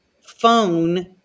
phone